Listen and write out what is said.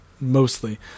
mostly